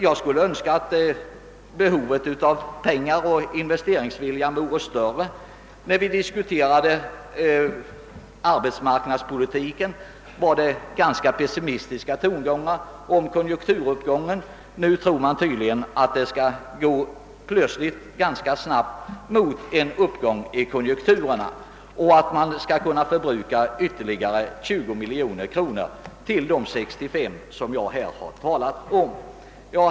Jag skulle önska att investeringsviljan och därmed behovet av pengar vore större. När vi diskuterade arbetsmarknadspolitiken var tongångarna ganska pessimistiska vid bedömningen av konjunkturutvecklingen. Nu tror man tydligen att det ganska snart skall bli en uppgång i konjunkturerna och att det skall bli möjligt att förbruka 20 miljoner kronor utöver de 64 miljoner kronor jag talat om.